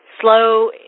Slow